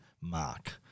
mark